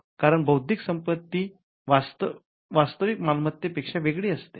कारण बौद्धिक संपत्ती वास्तविक मालमत्तेपेक्षा वेगळी असते